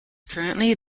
currently